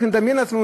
רק נדמיין לעצמנו,